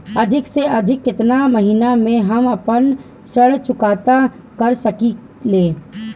अधिक से अधिक केतना महीना में हम आपन ऋण चुकता कर सकी ले?